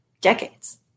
decades